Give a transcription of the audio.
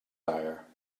tyre